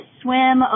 swim